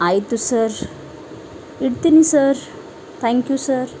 ಆಯಿತು ಸರ್ ಇಡ್ತೀನಿ sir thank you sir